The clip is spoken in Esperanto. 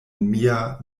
mia